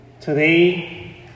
Today